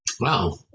wow